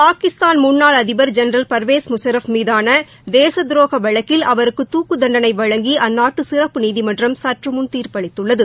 பாகிஸ்தான் முன்னாள் அதிபர் ஜெனரல் பர்வேஸ் முஷாரப் மீதான தேச துரோக வழக்கில் அவருக்கு துக்கு தண்டளை வழங்கி அந்நாட்டு சிறப்பு நீதிமன்றம் சற்று முன் தீர்ப்பு அளித்துள்ளது